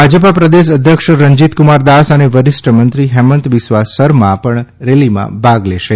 ભાજપા પ્રદેશ અધ્યક્ષ રંજીતકુમાર દાસ અને વરિષ્ઠમંત્રી હેમંત બિસ્વા સરમા પણ રેલીમાં ભાગ લેશે